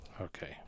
okay